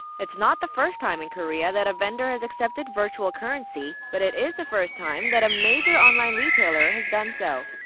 it's not the first time in korea that a vendor has accepted virtual currency, but it is the first time that a major online retailer has done so.